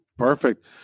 Perfect